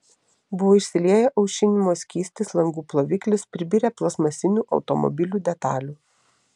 buvo išsilieję aušinimo skystis langų ploviklis pribirę plastmasinių automobilių detalių